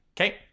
Okay